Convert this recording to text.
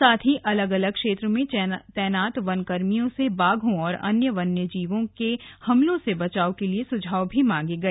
साथ ही अलग अलग क्षेत्र में तैनात वन कर्मियों से बाघों और अन्य वन्यजीवों के हमलों से बचाव के लिए सुझाव भी मांगे गए